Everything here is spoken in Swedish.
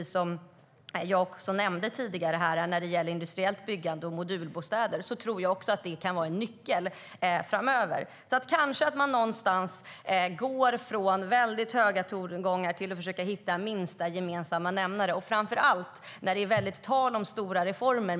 Som jag nämnde tidigare tror jag också att industriellt byggande och modulbostäder kan vara en nyckel framöver. Kanske att man alltså går från höga tongångar till att försöka hitta minsta gemensamma nämnare, och framför allt när det är tal om stora reformer.